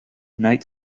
night